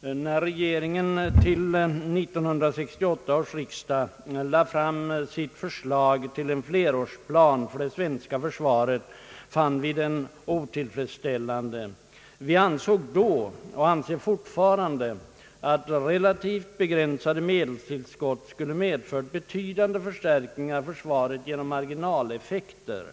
När regeringen till 1968 års riksdag lade fram sitt förslag till en flerårsplan för det svenska försvaret fann vi den otillfredsställande. Vi ansåg då — och anser fortfarande — att relativt begränsade medelstillskott skulle medfört betydande förstärkningar av försvaret genom marginaleffekter.